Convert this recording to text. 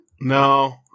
No